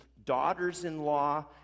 Daughters-in-law